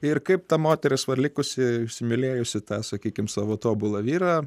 ir kaip ta moteris va likusi įsimylėjusi tą sakykim savo tobulą vyrą